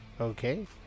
Okay